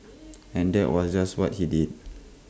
and that was just what he did